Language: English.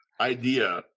idea